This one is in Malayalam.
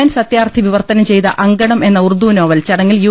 എൻ സത്യാർത്ഥി വിവർത്തനം ചെയ്ത അങ്കണം എന്ന ഉർദു നോവൽ ചടങ്ങിൽ യു